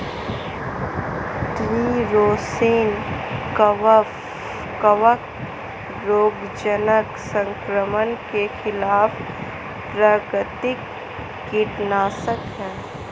tree rosin कवक रोगजनक संक्रमण के खिलाफ प्राकृतिक कीटनाशक है